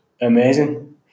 amazing